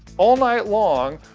all night long,